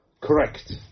correct